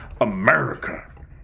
America